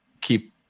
keep